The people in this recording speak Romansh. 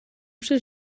uschè